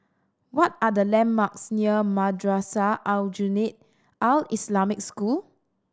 what are the landmarks near Madrasah Aljunied Al Islamic School